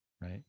right